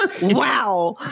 Wow